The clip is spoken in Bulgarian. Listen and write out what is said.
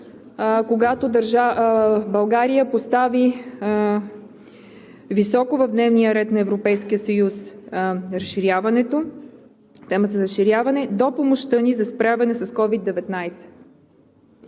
когато България постави високо в дневния ред на Европейския съюз темата за разширяването, до помощта ни за справяне с COVID-19.